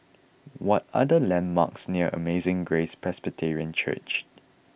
what are the landmarks near Amazing Grace Presbyterian Church